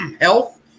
health